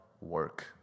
work